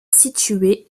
situé